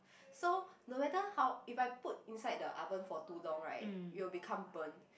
so no matter how if I put inside the oven for too long right it will become burn